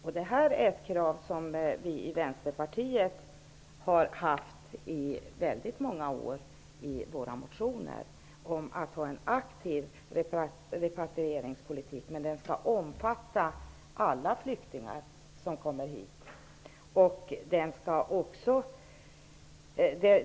Kravet på en aktiv repatrieringspolitik omfattande alla flyktingar som kommer till Sverige har vi i Vänsterpartiet i väldigt många år framfört i våra motioner.